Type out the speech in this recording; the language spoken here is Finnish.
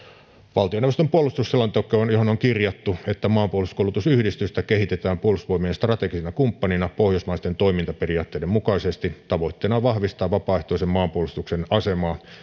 valtioneuvoston puolustusselontekoon johon on kirjattu että maanpuolustuskoulutusyhdistystä kehitetään puolustusvoimien strategisena kumppanina pohjoismaisten toimintaperiaatteiden mukaisesti tavoitteena on vahvistaa vapaaehtoisen maanpuolustuksen asemaa